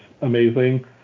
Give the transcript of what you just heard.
amazing